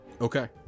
Okay